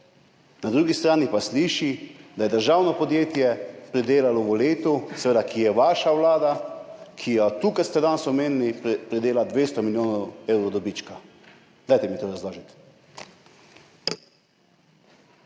na drugi strani pa sliši, da je državno podjetje pridelalo v letu, v katerem je vaša vlada, ki ste jo tukaj danes omenili, 200 milijonov evrov dobička. Dajte mi to razložiti.